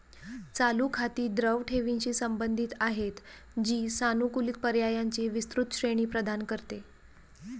चालू खाती द्रव ठेवींशी संबंधित आहेत, जी सानुकूलित पर्यायांची विस्तृत श्रेणी प्रदान करते